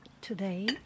today